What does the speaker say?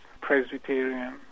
Presbyterian